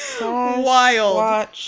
wild